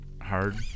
hard